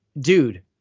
Dude